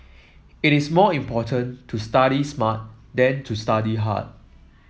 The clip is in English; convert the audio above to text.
it is more important to study smart than to study hard